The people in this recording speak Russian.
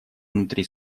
внутри